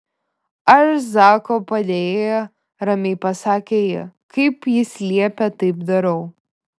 aš zako padėjėja ramiai pasakė ji kaip jis liepia taip darau